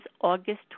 august